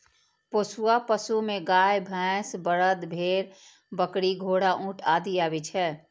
पोसुआ पशु मे गाय, भैंस, बरद, भेड़, बकरी, घोड़ा, ऊंट आदि आबै छै